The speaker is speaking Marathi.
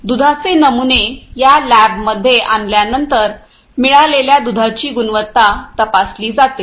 दुधाचे नमुने या लॅबमध्ये आणल्यानंतर मिळालेल्या दुधाची गुणवत्ता तपासली जाते